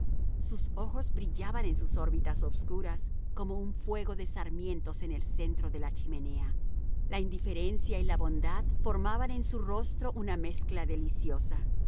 sus ojos brillaban en sus órbitas obscuras como un fuego de sarmientos en el centro de la chimenea la indiferencia y la bondad formaban en su rostro una mezcla deliciosa